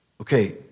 okay